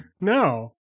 No